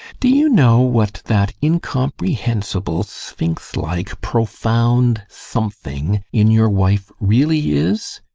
do you know what that incomprehensible, sphinx-like, profound something in your wife really is?